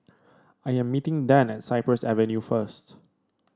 I am meeting Dann at Cypress Avenue first